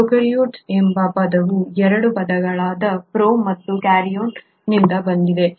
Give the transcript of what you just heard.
prokaryotes ಎಂಬ ಪದವು 2 ಪದಗಳಾದ ಪ್ರೊ ಮತ್ತು ಕ್ಯಾರಿಯೋನ್ನಿಂದ ಬಂದಿದೆ